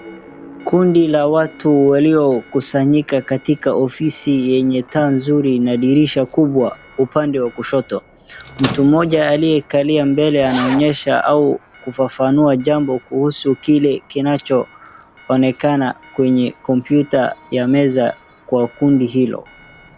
kundi la watu waliookusanyika katika ofisi yenye taa nzuri na dirisha kubwa upande wa kushoto. Mtu mmoja aliyekalia mbele anaonyesha au kufafanua jambo kuhusu kile kinachoonekana kwenye computer ya meza kwa kundi hilo.